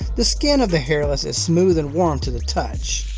the skin of the hairless is smooth and warm to the touch.